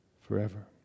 forever